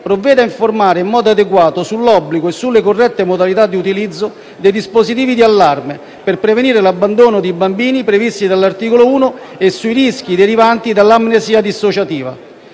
provveda a informare in modo adeguato sull'obbligo e sulle corrette modalità di utilizzo dei dispositivi di allarme per prevenire l'abbandono dei bambini previsti dall'articolo 1 e sui rischi derivanti dall'amnesia dissociativa.